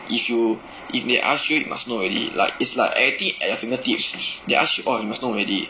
if you if they ask you you must know already like is like everything at your fingertips they ask you or you must know already